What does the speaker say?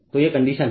तो यह कंडीशन है